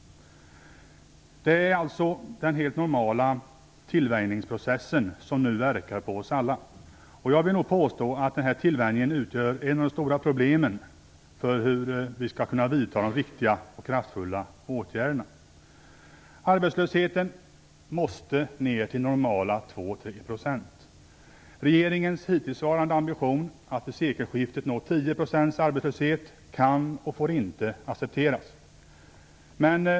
Det är alltså den helt normala tillvänjningsprocessen som nu verkar på oss alla. Jag vill nog påstå att denna tillvänjning utgör ett av de stora problemen när det gäller att vidta de viktiga och kraftfulla åtgärderna. Arbetslösheten måste ned i normala 2-3 %. Regeringens hittillsvarande ambition att vid sekelskiftet nå 10 % arbetslöshet kan och får inte accepteras.